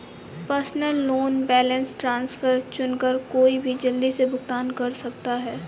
personal loan balance transfer चुनकर कोई भी जल्दी से भुगतान कर सकता है